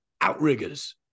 outriggers